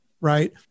right